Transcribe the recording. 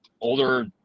older